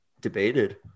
debated